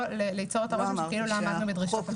ליצור את הרושם כאילו לא עמדנו בדרישות החוק.